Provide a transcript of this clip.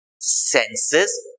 senses